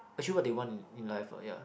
achieve what they want in in life ah yeah